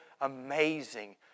amazing